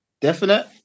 Definite